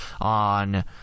on